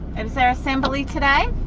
and is there assembly today?